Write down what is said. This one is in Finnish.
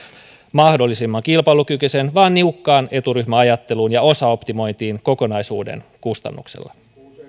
mahdollisimman kilpailukykyisen vaan niukkaan eturyhmäajatteluun ja osaoptimointiin kokonaisuuden kustannuksella